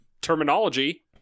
terminology